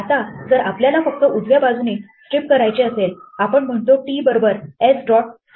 आता जर आपल्याला फक्त उजव्या बाजूने स्ट्रिप करायचे असेल आपण म्हणतो t बरोबर s dot rstrip